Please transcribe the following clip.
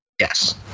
Yes